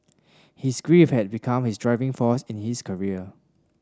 his grief had become his driving force in his career